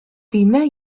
көймә